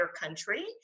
country